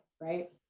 right